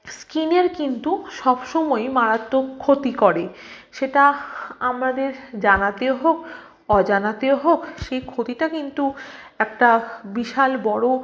স্কিনের কিন্তু সব সময়ই মারাত্মক ক্ষতি করে সেটা আমাদের জানাতে হোক অজানাতে হোক সেই ক্ষতিটা কিন্তু একটা বিশাল বড়ো